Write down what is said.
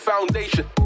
foundation